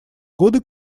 годы